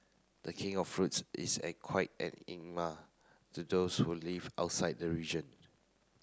the King of Fruits is a quite enigma to those who live outside the region